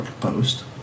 Post